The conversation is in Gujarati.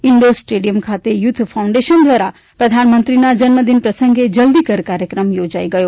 ઇંડોર સ્ટેડિયમ ખાતે યુથ ફાઉન્ડેશન દ્વારા પ્રધાનમંત્રીના જન્મદિવસ પ્રસંગે જલ્દી કર કાર્યક્રમમાં યોજાઈ ગયો